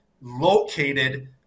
located